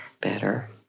better